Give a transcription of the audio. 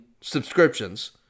subscriptions